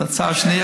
הכסף,